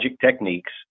techniques